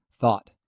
thought